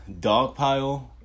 dogpile